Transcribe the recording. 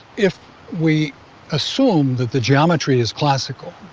if we assume that the geometry is classical,